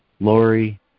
Lori